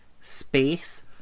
space